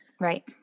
Right